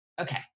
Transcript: Okay